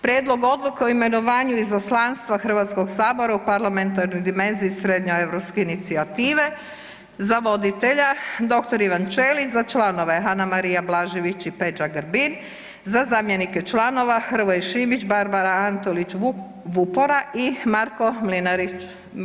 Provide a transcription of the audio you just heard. Prijedlog odluke o imenovanju Izaslanstva HS-a u Parlamentarnoj dimenziji Srednjoeuropske inicijative, za voditelja dr. Ivan Ćelić, za članove: Anamarija Blažević i Peđa Grbin, za zamjenike članova Hrvoje Šimić, Babrara Antolić Vupora i Marko Mlinarić.